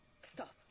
Stop